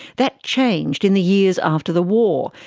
that changed in the years after the war,